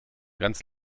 ganz